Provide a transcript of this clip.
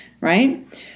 Right